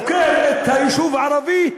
עוקר את היישוב הערבי,